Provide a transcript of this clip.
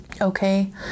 okay